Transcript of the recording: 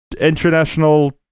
international